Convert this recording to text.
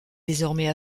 désormais